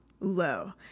low